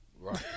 Right